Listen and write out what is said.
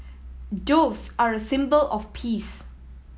doves are a symbol of peace